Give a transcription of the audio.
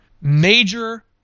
major